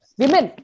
women